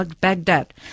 Baghdad